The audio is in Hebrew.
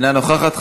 אינה נוכחת.